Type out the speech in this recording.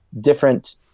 different